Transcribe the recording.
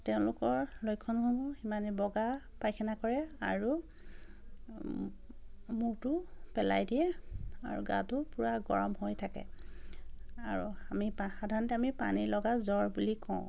তেওঁলোকৰ লক্ষণসমূহ সিমানে বগা পায়খানা কৰে আৰু মূৰটো পেলাই দিয়ে আৰু গাটো পূৰা গৰম হৈ থাকে আৰু আমি সাধাৰণতে আমি পানীলগা জ্বৰ বুলি কওঁ